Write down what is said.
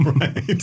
Right